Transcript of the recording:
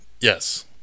yes